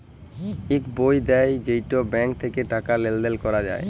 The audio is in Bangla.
ইক বই দেয় যেইটা ব্যাঙ্ক থাক্যে টাকা লেলদেল ক্যরা যায়